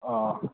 आ